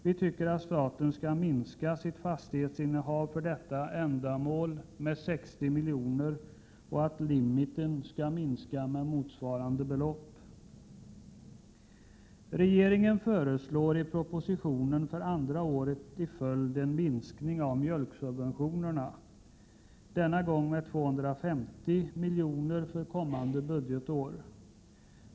Vi tycker att staten skall minska sitt fastighetsinnehav för detta ändamål och att limiten skall reduceras med 60 milj.kr. Regeringen föreslår i propositionen, för andra året i följd, en minskning av mjölksubventionerna, denna gång med 250 milj.kr. för kommande budgetår.